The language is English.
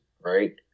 right